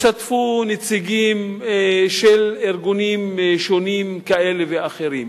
השתתפו נציגים של ארגונים שונים כאלה ואחרים.